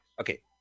Okay